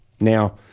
Now